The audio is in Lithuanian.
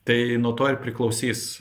tai nuo to ir priklausys